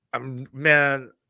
Man